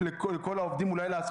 אני אדבר מאוד בקצרה.